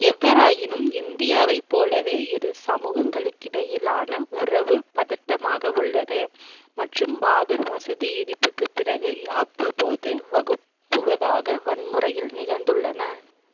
எவ்வாறாயினும் இந்தியாவை போலவே இரு சமூகங்களுக்கிடையிலான உறவு பதட்டமாக உள்ளது மற்றும் பாபர் மசூதி இடிப்புக்குப் பிறகு அவ்வப்போது வகுப்புவாதாக வன்முறையில் நிகழ்ந்துள்ளன